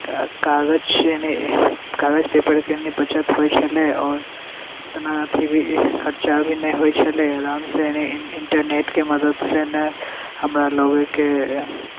कागज छिए नहि कागज पेपरके ओहिमे बचत होइ छलै आओर ओतना अथी भी खरचा भी नहि होइ छलै आरामसँ यानी इन्टरनेटके मदतिसँ ने हमरा लोकके